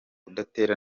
udatera